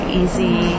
easy